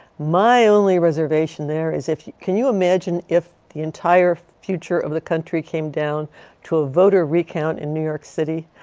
my only reservation there is, can you imagine if the entire future of the country came down to a voter recount in new york city?